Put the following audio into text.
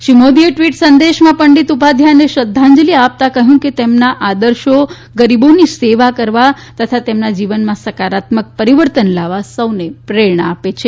શ્રી મોદીએ ટ્વીટ સંદેશમાં પંડીત ઉપાધ્યાયને શ્રધ્ધાજંલિ આવતાં કહ્યું કે તેમનાં આદર્શા ગરીબોની સેવા કરવા તથા તેમનાં જીવનમાં સકારાત્મક પરિવર્તન લાવવા સૌને પ્રેરણા આપે છે